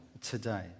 today